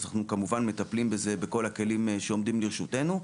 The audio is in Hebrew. אנחנו כמובן מטפלים בזה בכל הכלים שעומדים לרשותנו.